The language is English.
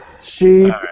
Sheep